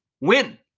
win